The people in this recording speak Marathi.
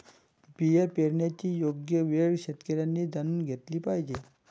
बिया पेरण्याची योग्य वेळ शेतकऱ्यांनी जाणून घेतली पाहिजे